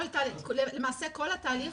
למעשה כל התהליך,